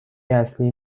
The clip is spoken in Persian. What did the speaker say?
اصلی